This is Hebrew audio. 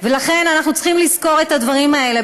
ולכן אנחנו צריכים לזכור את הדברים האלה.